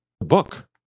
book